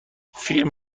فیلم